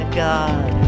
god